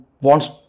wants